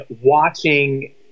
watching